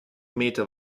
meter